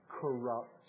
corrupt